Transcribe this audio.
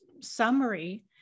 summary